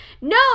No